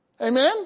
Amen